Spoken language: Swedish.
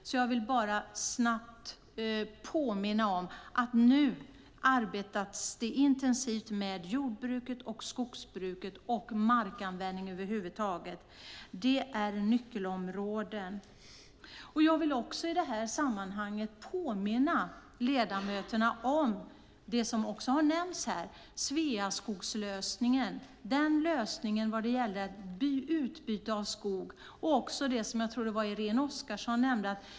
Därför vill jag bara snabbt påminna om att det nu arbetas intensivt med jordbruket och skogsbruket, med markanvändning över huvud taget. Det är nyckelområden. Jag vill också i det här sammanhanget påminna ledamöterna om det som också har nämnts här, Sveaskogslösningen. Den lösningen vad gällde utbyte av skog var det som jag tror att också Irene Oskarsson nämnde.